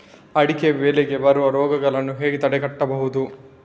ಅಡಿಕೆ ಬೆಳೆಗೆ ಬರುವ ರೋಗಗಳನ್ನು ಹೇಗೆ ತಡೆಗಟ್ಟಬಹುದು?